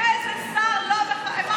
איזה שר לא, מה קרה?